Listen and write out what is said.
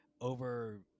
over